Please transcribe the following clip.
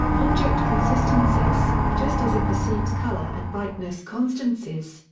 object consistencies just as it perceives colour and brightness constancies,